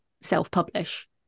self-publish